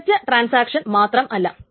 ഒരൊറ്റ ട്രാൻസാക്ഷൻ മാത്രമല്ല